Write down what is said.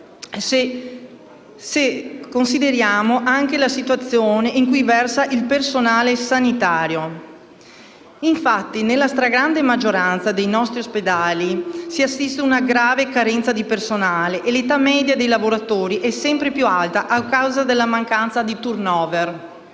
se consideriamo anche la situazione in cui versa il personale sanitario. Infatti, nella stragrande maggioranza dei nostri ospedali si assiste ad una grave carenza di personale e l'età media dei lavoratori è sempre più alta a causa della mancanza di *turnover*.